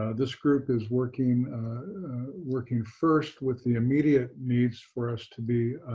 ah this group is working working first with the immediate needs for us to be